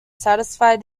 satisfy